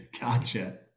Gotcha